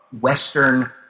Western